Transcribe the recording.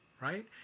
right